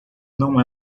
não